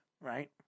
right